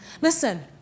Listen